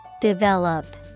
Develop